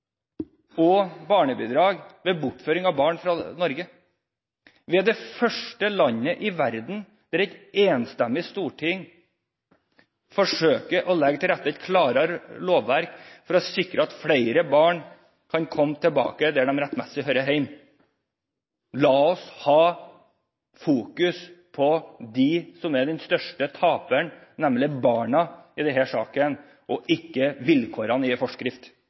og barnebidrag ved bortføring av barn fra Norge. Vi er det første landet i verden der et enstemmig storting forsøker å legge til rette for et klarere lovverk for å sikre at flere barn kan komme tilbake dit de rettmessig hører hjemme. La oss ha fokus på dem som er de største taperne – nemlig barna – i denne saken, og ikke vilkårene i en forskrift.